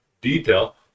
detail